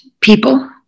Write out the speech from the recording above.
people